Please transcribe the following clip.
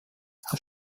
aus